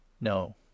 No